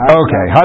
okay